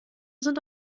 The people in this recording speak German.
sind